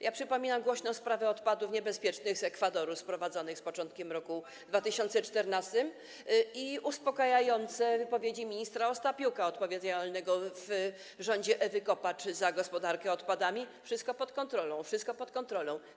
Ja przypominam głośną sprawę odpadów niebezpiecznych z Ekwadoru sprowadzonych z początkiem roku 2014 i uspokajające wypowiedzi ministra Ostapiuka, odpowiedzialnego w rządzie Ewy Kopacz za gospodarkę odpadami - wszystko pod kontrolą, wszystko pod kontrolą.